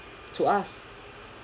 to us